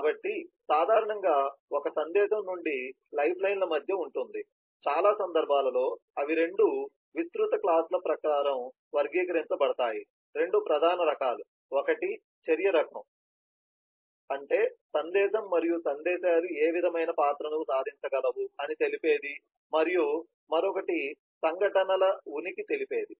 కాబట్టి సాధారణంగా ఒక సందేశం రెండు లైఫ్లైన్ల మధ్య ఉంటుంది చాలా సందర్భాలలో అవి రెండు విస్తృత క్లాస్ ల ప్రకారం వర్గీకరించబడతాయి రెండు ప్రధాన రకాలు ఒకటి చర్య రకం ద్వారా అంటే సందేశం మరియు సందేశాలు ఏ విధమైన పాత్రను సాధించగలవు అని తెలిపేది మరియు మరొకటి సంఘటనల ఉనికి తెలిపేది